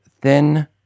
thin